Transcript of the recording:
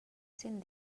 sent